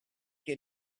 che